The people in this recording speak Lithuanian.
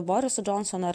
boriso džonsono ar